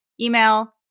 email